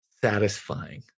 satisfying